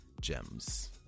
gems